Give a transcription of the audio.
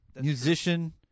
musician